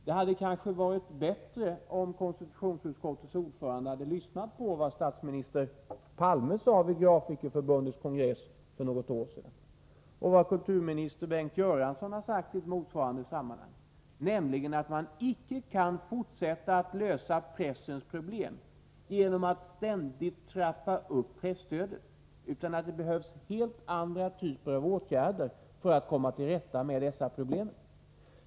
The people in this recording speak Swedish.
Det hade kanske varit bättre om konstitutionsutskottets ordförande hade lyssnat på vad statsminister Palme sade vid Grafiska fackförbundets kongress för något år sedan och vad kulturminister Bengt Göransson har sagt i ett motsvarande sammanhang, nämligen att man icke kan fortsätta att lösa pressens problem genom att ständigt trappa upp presstödet, utan att det behövs helt andra typer av åtgärder för att komma till rätta med dessa problem.